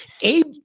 Abe